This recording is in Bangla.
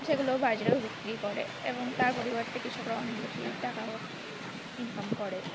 সেগুলো বাজারেও বিক্রি করে এবং তার পরিবর্তে কৃষকরা অনেক বেশি টাকাও ইনকাম করে